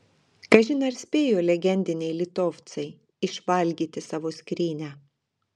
kažin ar spėjo legendiniai litovcai išvalgyti savo skrynią